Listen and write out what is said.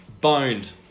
boned